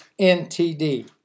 NTD